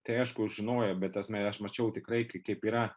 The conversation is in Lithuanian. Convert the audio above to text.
tai aišku žinojo bet esmė aš mačiau tikrai kaip yra